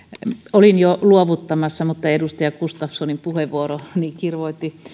olin jo luovuttamassa mutta edustaja gustafssonin puheenvuoro kirvoitti